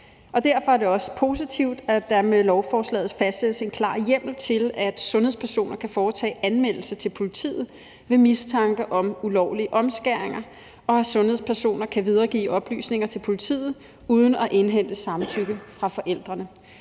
derfor er det også positivt, at der med lovforslaget fastsættes en klar hjemmel til, at sundhedspersoner kan foretage anmeldelse til politiet, når der er mistanke om ulovlige omskæringer, og at sundhedspersoner kan videregive oplysninger til politiet uden at indhente samtykke fra forældrene.